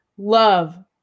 Love